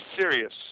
serious